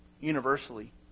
universally